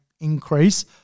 increase